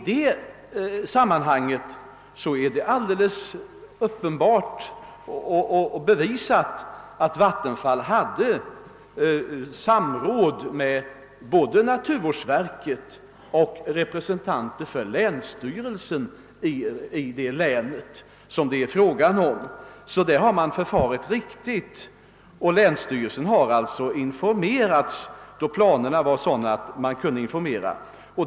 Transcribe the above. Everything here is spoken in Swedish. Det är bevisat att Vattenfall i det sammanhanget samrådde både med naturvårdsverket och med representanter för länsstyrelsen i det län som det är fråga om. Där har man förfarit riktigt. Länsstyrelsen har alltså informerats då planerna var så långt framskridna att man kunde lämna information.